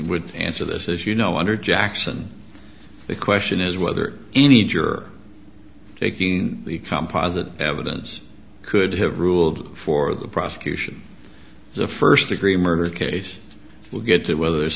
would answer this is you know under jackson the question is whether any juror taking the composite evidence could have ruled for the prosecution the first degree murder case will get whether